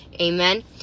Amen